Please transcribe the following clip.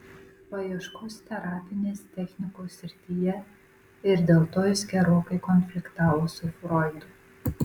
paieškos terapinės technikos srityje ir dėl to jis gerokai konfliktavo su froidu